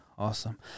Awesome